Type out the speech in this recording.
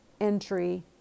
entry